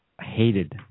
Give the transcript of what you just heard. hated